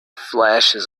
flashes